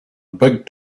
big